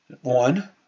One